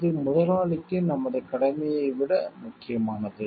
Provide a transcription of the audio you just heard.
இது முதலாளிக்கு நமது கடமையை விட முக்கியமானது